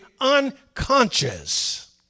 unconscious